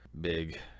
big